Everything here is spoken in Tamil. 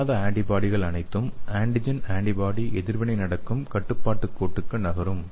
இணையாத ஆன்டிபாடிகள் அனைத்தும் ஆன்டிஜென் ஆன்டிபாடி எதிர்வினை நடக்கும் கட்டுப்பாட்டு கோட்டிற்கு நகரும்